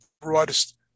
broadest